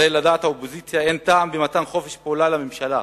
הרי לדעת האופוזיציה אין טעם במתן חופש פעולה לממשלה,